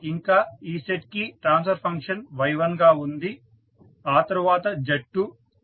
ఇంకా ఈ సెట్ కి ట్రాన్స్ఫర్ ఫంక్షన్ Y1 గా ఉంది ఆ తర్వాత Z2